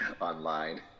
online